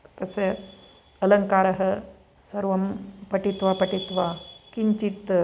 तस्य अलङ्कारः सर्वं पठित्वा पठित्वा किञ्चित्